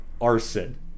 arson